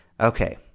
Okay